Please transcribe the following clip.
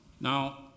Now